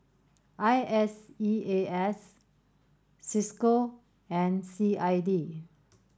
I S E A S Cisco and C I D